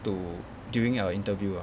to during our interview ah